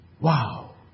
wow